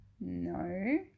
No